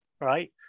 right